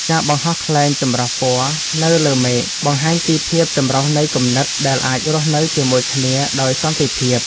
ការបង្ហោះខ្លែងចម្រុះពណ៌នៅលើមេឃ បង្ហាញពីភាពចម្រុះនៃគំនិតដែលអាចរស់នៅជាមួយគ្នាដោយសន្តិភាព។